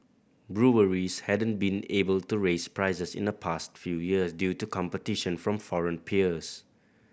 breweries hadn't been able to raise prices in the past few years due to competition from foreign peers